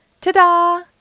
Ta-da